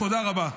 תודה רבה.